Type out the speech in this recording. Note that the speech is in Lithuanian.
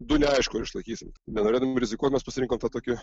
du neaišku ar išlaikysim nenorėdami rizikuot mes pasirinkom tą tokį